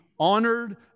Honored